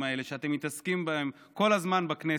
האלה שאתם מתעסקים בהם כל הזמן בכנסת,